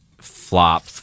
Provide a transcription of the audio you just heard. Flop